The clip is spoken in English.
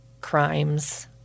crimes